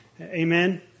Amen